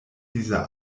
dieser